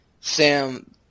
Sam